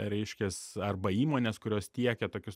reiškias arba įmonės kurios tiekia tokius